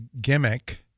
gimmick